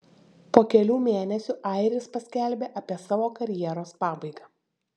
po kelių mėnesių airis paskelbė apie savo karjeros pabaigą